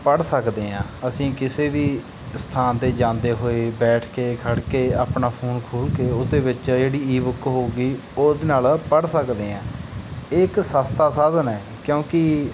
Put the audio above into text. ਪੜ੍ਹ ਸਕਦੇ ਹਾਂ ਅਸੀਂ ਕਿਸੇ ਵੀ ਸਥਾਨ 'ਤੇ ਜਾਂਦੇ ਹੋਏ ਬੈਠ ਕੇ ਖੜ੍ਹ ਕੇ ਆਪਣਾ ਫੋਨ ਖੋਲ੍ਹ ਕੇ ਉਸ ਦੇ ਵਿੱਚ ਹੈ ਜਿਹੜੀ ਈਬੁੱਕ ਹੋਵੇਗੀ ਉਹਦੇ ਨਾਲ ਪੜ੍ਹ ਸਕਦੇ ਹਾਂ ਇਹ ਇੱਕ ਸਸਤਾ ਸਾਧਨ ਹੈ ਕਿਉਂਕਿ